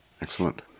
Excellent